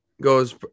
goes